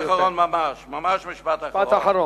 משפט אחרון ממש, ממש משפט אחרון.